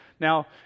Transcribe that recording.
Now